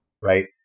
Right